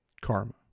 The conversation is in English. Karma